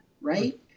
right